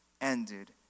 ended